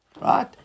Right